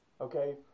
okay